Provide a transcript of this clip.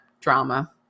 drama